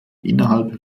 innerhalb